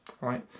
right